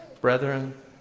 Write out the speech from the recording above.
Brethren